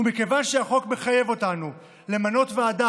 ומכיוון שהחוק מחייב אותנו למנות ועדה